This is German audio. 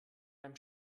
einem